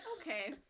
Okay